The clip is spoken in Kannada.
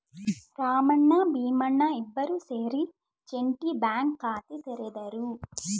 ರಾಮಣ್ಣ ಭೀಮಣ್ಣ ಇಬ್ಬರೂ ಸೇರಿ ಜೆಂಟಿ ಬ್ಯಾಂಕ್ ಖಾತೆ ತೆರೆದರು